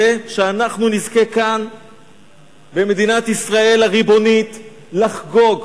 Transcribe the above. שאנחנו נזכה כאן במדינת ישראל הריבונית לחגוג,